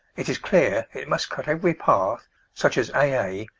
it is clear it must cut every path such as a a,